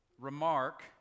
remark